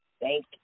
Thank